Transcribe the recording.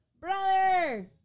Brother